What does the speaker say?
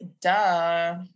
duh